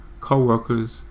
co-workers